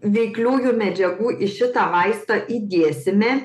veikliųjų medžiagų į šitą vaistą įdėsime